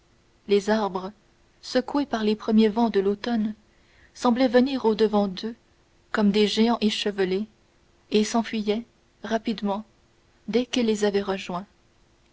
les arbres secoués par les premiers vents de l'automne semblaient venir au-devant d'eux comme des géants échevelés et s'enfuyaient rapidement dès qu'ils les avaient rejoints